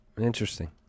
Interesting